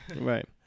right